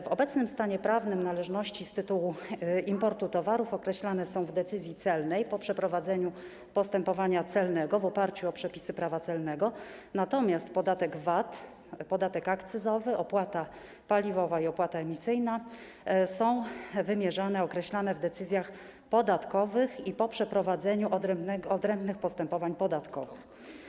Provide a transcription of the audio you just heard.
W obecnym stanie prawnym należności z tytułu importu towarów określane są w decyzji celnej po przeprowadzeniu postępowania celnego w oparciu o przepisy prawa celnego, natomiast podatek VAT, podatek akcyzowy, opłata paliwowa i opłata emisyjna są wymierzane, określane w decyzjach podatkowych po przeprowadzeniu odrębnych postępowań podatkowych.